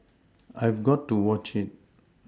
I've got to watch it